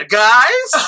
guys